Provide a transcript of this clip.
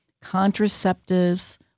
contraceptives